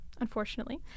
unfortunately